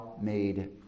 made